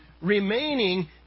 remaining